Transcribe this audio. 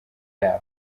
yabo